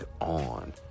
on